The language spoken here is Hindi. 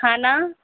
खाना